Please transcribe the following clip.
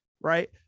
right